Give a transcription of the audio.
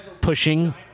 pushing